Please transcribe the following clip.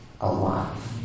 alive